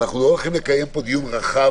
אנחנו לא הולכים לקיים פה דיון רחב